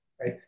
Right